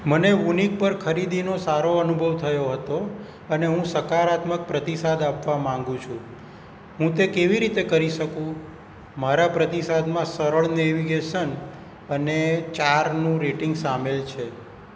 મને વૂનિક પર ખરીદીનો સારો અનુભવ થયો હતો અને હું સકારાત્મક પ્રતિસાદ આપવા માગું છું હું તે કેવી રીતે કરી સકું મારા પ્રતિસાદમાં સરળ નેવિગેસન અને ચારનું રેટિંગ સામેલ છે